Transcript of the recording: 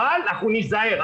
אבל אנחנו ניזהר,